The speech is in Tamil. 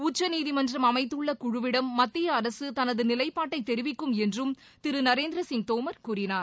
உச்சநீதிமன்றம் அமைத்துள்ள குழுவிடம் மத்திய அரசு தனது நிலைப்பாட்டை தெரிவிக்கும் என்றம் திரு நரேந்திர சிங் தோமர் கூறினார்